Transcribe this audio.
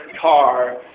car